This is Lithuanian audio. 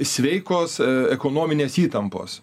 sveikos ekonominės įtampos